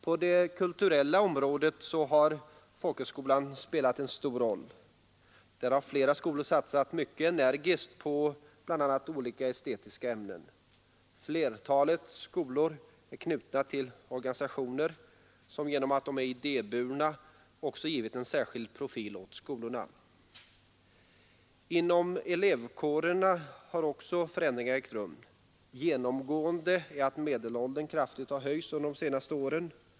På det kulturella området har folkhögskolan spelat en stor roll. Där har flera skolor satsat mycket energiskt på bl.a. estetiska ämnen. Flertalet skolor är knutna till organisationer som genom att de är idéburna även givit en särskild profil åt skolorna. Inom elevkårerna har också förändringar ägt rum. Genomgående är att medelåldern kraftigt har höjts under de senaste åren.